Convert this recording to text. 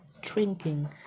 drinking